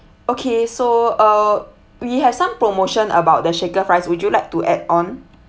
okay so uh we have some promotion about the shaker fries would you like to add on